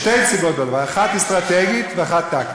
שתי סיבות יש לדבר, אחת אסטרטגית ואחת טקטית.